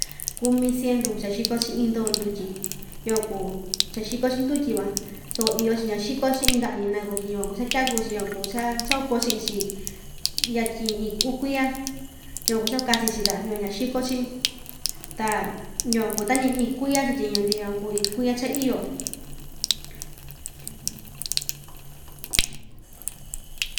Kumi siendu cha xiko‑chi iin ndo ndyutyi yukuan kuu cha xiko‑chi ndutyi van soko iyo‑chi ñaxiko‑chi iin nda'a‑ñi naku tyi yukuan kuu chatyaku‑chi yukuan kuu cha chakuako chi'in‑chi yatyin ii uu kuiya yukuan kuu cha‑kuakachi‑chi ta yukuan ñaxiko‑chi ta yukuan kuu tañi iin kuiya chatyiñu‑ndi yukuan kuu iin kuiya cha iyo.